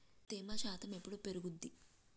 తేమ శాతం ఎప్పుడు పెరుగుద్ది?